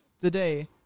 Today